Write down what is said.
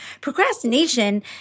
Procrastination